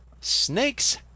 Snakes